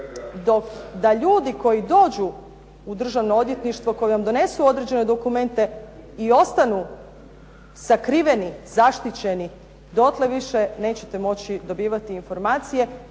da ljudi koji dođu u Državno odvjetništvo, koji vam donesu određene dokumente i ostanu sakriveni, zaštićeni dotle više nećete moći dobivati informacije